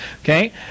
Okay